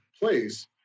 place